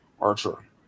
Archer